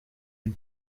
een